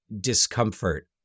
discomfort